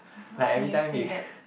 how can you say that